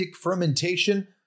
fermentation